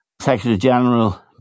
Secretary-General